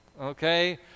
Okay